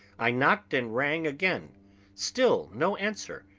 i knocked and rang again still no answer.